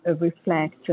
reflect